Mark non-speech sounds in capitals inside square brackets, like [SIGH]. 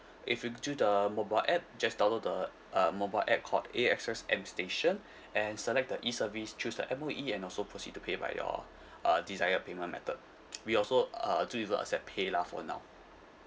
if you do the mobile app just download the uh mobile app called A_X_S M station [BREATH] and select the E service choose the M_O_E and also proceed to pay by your uh desired payment method we also uh do even accept paylah for now